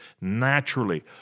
naturally